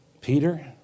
Peter